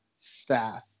staff